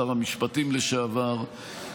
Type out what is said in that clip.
שר המשפטים לשעבר,